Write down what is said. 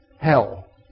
hell